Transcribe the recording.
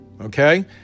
Okay